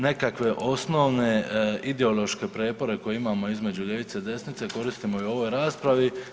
Nekakve osnovne ideološke prijepore koje imamo između ljevice i desnice koristimo i u ovoj raspravi.